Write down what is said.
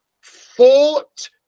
fought